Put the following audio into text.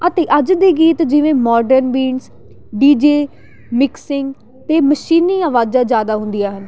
ਅਤੇ ਅੱਜ ਦੇ ਗੀਤ ਜਿਵੇਂ ਮੋਡਰਨ ਬੀਨਸ ਡੀ ਜੇ ਮਿਕਸਿੰਗ ਅਤੇ ਮਸ਼ੀਨੀ ਆਵਾਜ਼ਾਂ ਜ਼ਿਆਦਾ ਹੁੰਦੀਆਂ ਹਨ